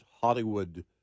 Hollywood